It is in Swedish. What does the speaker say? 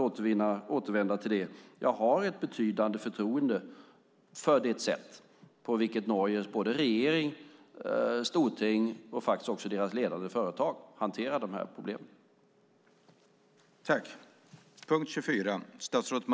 Återigen: Jag har ett betydande förtroende för det sätt på vilket Norges regering, Stortinget och deras ledande företag hanterar dessa problem.